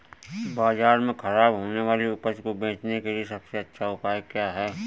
बाज़ार में खराब होने वाली उपज को बेचने के लिए सबसे अच्छा उपाय क्या हैं?